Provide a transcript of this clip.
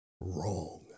wrong